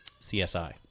CSI